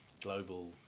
global